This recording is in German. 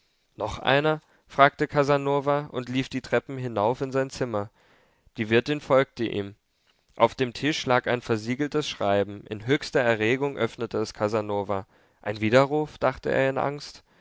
noch einer fragte casanova und lief die treppen hinauf in sein zimmer die wirtin folgte ihm auf dem tisch lag ein versiegeltes schreiben in höchster erregung öffnete es casanova ein widerruf dachte er in angst